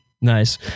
Nice